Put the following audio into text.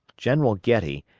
general getty,